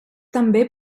també